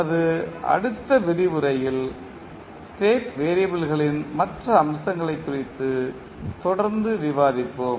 நமது அடுத்த விரிவுரையில் ஸ்டேட் வெறியபிள்களின் மற்ற அம்சங்களை குறித்து தொடர்ந்து விவாதிப்போம்